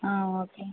ஆ okay